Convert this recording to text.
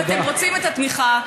אם אתם רוצים את התמיכה,